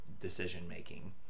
decision-making